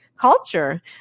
culture